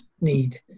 need